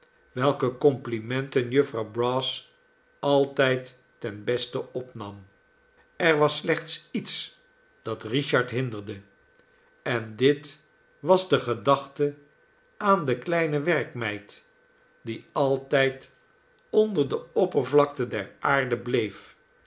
welke complimenten jufvrouw brass altijd ten beste opnam er was slechts iets dat richard hinderde en dit was de gedachte aan de kleine werkmeid die altijd onder de oppervlakte deraarde bleef